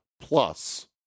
Plus